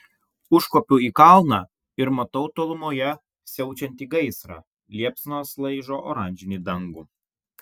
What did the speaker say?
užkopiu į kalną ir matau tolumoje siaučiantį gaisrą liepsnos laižo oranžinį dangų